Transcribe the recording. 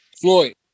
Floyd